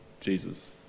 Jesus